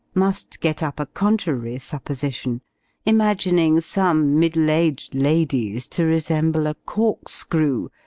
must get up a contrary supposition imagining some middle-aged ladies to resemble a cork-screw,